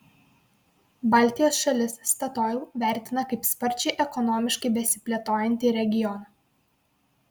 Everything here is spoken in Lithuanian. baltijos šalis statoil vertina kaip sparčiai ekonomiškai besiplėtojantį regioną